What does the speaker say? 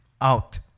out